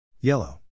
Yellow